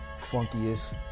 funkiest